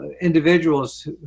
Individuals